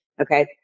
okay